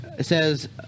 says